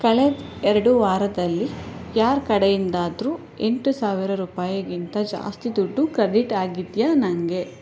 ಕಳೆದ ಎರಡು ವಾರದಲ್ಲಿ ಯಾರ ಕಡೆಯಿಂದಾದರೂ ಎಂಟು ಸಾವಿರ ರೂಪಾಯಿಗಿಂತ ಜಾಸ್ತಿ ದುಡ್ಡು ಕ್ರೆಡಿಟ್ ಆಗಿದೆಯಾ ನನಗೆ